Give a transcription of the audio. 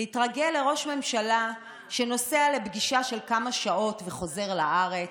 להתרגל לראש ממשלה שנוסע לפגישה של כמה שעות וחוזר לארץ,